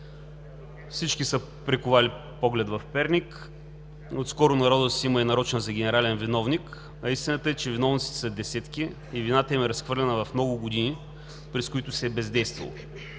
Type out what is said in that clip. Всички са приковали поглед в Перник. Отскоро народът си има и нарочен за генерален виновник, а истината е, че виновниците са десетки и вината им е разхвърляна в много години, през които се е бездействало